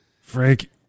Frank